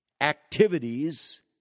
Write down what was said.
activities